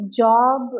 job